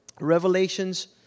Revelations